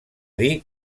dir